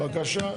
בבקשה.